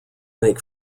make